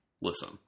Listen